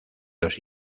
los